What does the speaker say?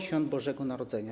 Świąt Bożego Narodzenia.